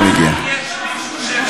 אני מזמין את יושב-ראש